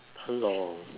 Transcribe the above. hello